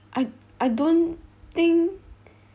I I don't think